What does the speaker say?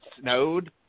snowed